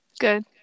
good